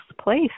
place